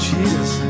Jesus